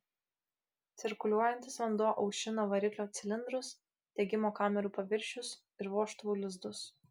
cirkuliuojantis vanduo aušina variklio cilindrus degimo kamerų paviršius ir vožtuvų lizdus